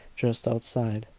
just outside.